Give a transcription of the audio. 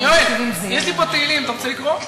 יואל, יש לי פה תהילים, אתה רוצה לקרוא?